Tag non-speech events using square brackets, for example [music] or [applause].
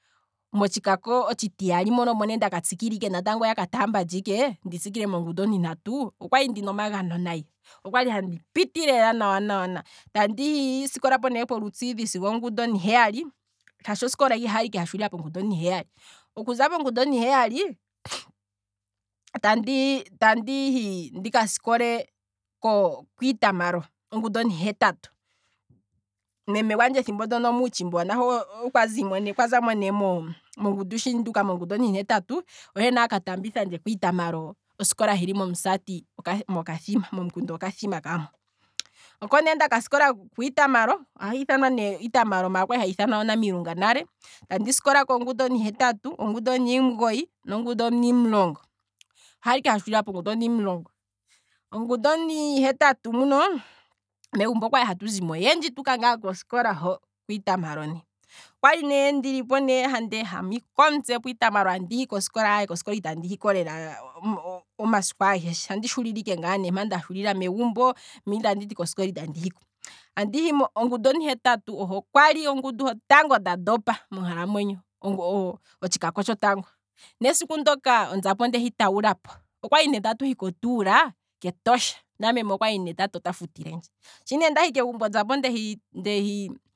Motshikako otshitiyali mono omo ne yatambulandje ndi tsikile ike mongundu ontintatu mono, okwali ne ndina omagano nayi, andi piti, andi sikola ne polutsiidhi sigo ongundu ontiheyali, shaashi osikola okwali ike ya shuulila sigo omongundu onti heyali, okuza ne mongundu onti heyaali [noise] tandi tandi hi ndika sikole kwiitamalo ongundu ontihetatu, meme gwandje ethimbo ndono muutshimba nahe okwa zamo mongundu, shi nduuka mongundu onti hetatu, ohe ne aka taambithandje kwiitamalo, osikola hili momusati mokathima, momukunda okathima kamwe, oko ne ndaka sikola kwiitamalo, osikola kwali hahi ithanwa onamilunga nale, andisikolako ongundu ontihetatu, ongundu ontimugoyi, nongundu ontimulongo, okwali ike hashuulila pongundu ontimulongo, ongundu ontihetatu muno, megumbo okwali hatu zimo oyendji tuuka kosikola ho kwiitamalo ne, okwali ne ndilipo handi ehama ike omutse, tehi kosikola kwiitamalo hoka ihandi hiko omasiku ageshe, ohandi shuulile ikr mpa ndashuulila megumbo, mpa teti kosikola itandi hiko, ongundu ontihetatu oho ongundu hotango nda ndopa monkalamwenyo, otshikako tshotango, nesiku ndoka onzapo ondehi tuulapo, okwali ne tatu hi kotuula ketosha, na meme okwali ne tati otafutilendje, shi ne ndahi kegumbo onzapo ndehi ndehi